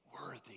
worthy